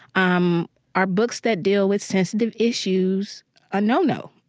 um are books that deal with sensitive issues a no-no?